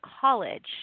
college